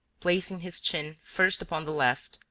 placing his chin first upon the left,